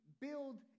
build